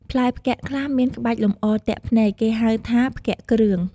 ផ្លែផ្គាក់ខ្លះមានក្បាច់លម្អទាក់ភ្នែក គេហៅថា "ផ្គាក់គ្រឿង" ។